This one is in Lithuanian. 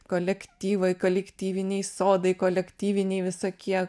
kolektyvai kolektyviniai sodai kolektyviniai visokie